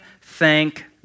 thank